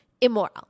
immoral